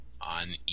on